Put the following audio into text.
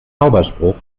zauberspruch